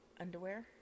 underwear